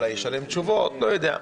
אולי יש עליהן תשובות לא יודע.